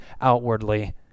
outwardly